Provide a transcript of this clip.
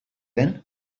den